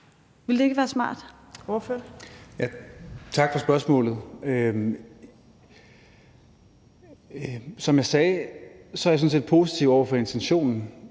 Ville det ikke være smart?